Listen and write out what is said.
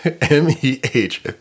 M-E-H